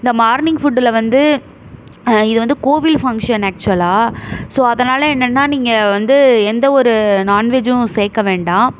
இந்த மார்னிங் ஃபுட்டில் வந்து இது வந்து கோவில் ஃபங்க்ஷன் ஆக்ஷுவலாக ஸோ அதனால் என்னனா நீங்கள் வந்து எந்த ஒரு நான்வெஜ்ஜும் சேர்க்க வேண்டாம்